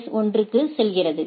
S 1 க்கு செல்கிறது